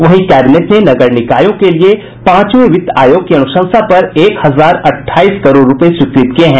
वहीं कैबिनेट ने नगर निकायों के लिये पांचवे वित्त आयोग की अनुशंसा पर एक हजार अठाईस करोड़ रूपये स्वीकृत किये हैं